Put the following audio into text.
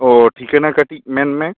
ᱚᱸᱻ ᱴᱷᱤᱠᱟ ᱱᱟ ᱠᱟ ᱴᱤᱡ ᱢᱮᱱ ᱢᱮ